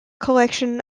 collection